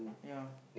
yeah